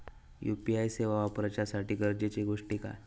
UPI सेवा वापराच्यासाठी गरजेचे गोष्टी काय?